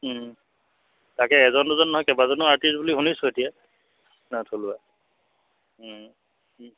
তাকে এজন দুজন নহয় কেইবাজনো আৰ্টিষ্ট বুলি শুনিছোঁ এতিয়া থলুৱা